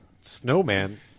snowman